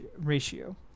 ratio